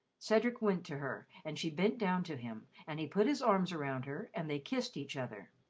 cedric went to her, and she bent down to him, and he put his arms around her, and they kissed each other.